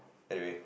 anyway